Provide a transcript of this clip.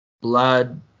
Blood